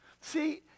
See